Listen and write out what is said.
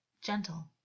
gentle